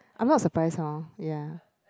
I'm not surprised lor ya